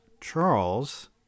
Charles